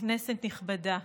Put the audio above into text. כנסת נכבדה,